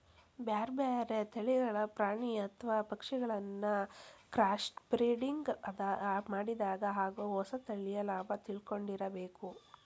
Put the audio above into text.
ಬ್ಯಾರ್ಬ್ಯಾರೇ ತಳಿಗಳ ಪ್ರಾಣಿ ಅತ್ವ ಪಕ್ಷಿಗಳಿನ್ನ ಕ್ರಾಸ್ಬ್ರಿಡಿಂಗ್ ಮಾಡಿದಾಗ ಆಗೋ ಹೊಸ ತಳಿಯ ಲಾಭ ತಿಳ್ಕೊಂಡಿರಬೇಕು